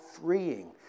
freeing